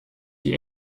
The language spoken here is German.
die